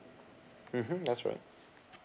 mmhmm that's right